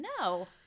No